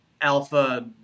alpha